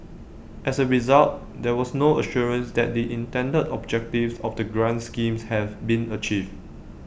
as A result there was no assurance that the intended objectives of the grant schemes have been achieved